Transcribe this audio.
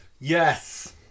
Yes